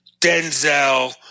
Denzel